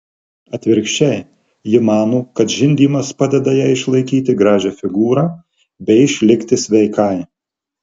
atvirkščiai ji mano kad žindymas padeda jai išlaikyti gražią figūrą bei išlikti sveikai